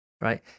right